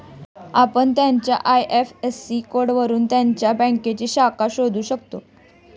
आपण त्याच्या आय.एफ.एस.सी कोडवरून त्याच्या बँकेची शाखा शोधू शकता